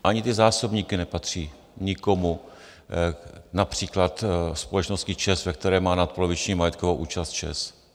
Ani ty zásobníky nepatří nikomu, například společnosti ČEZ, ve které má nadpoloviční majetkovou účast ČEZ.